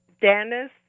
Dennis